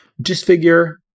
Disfigure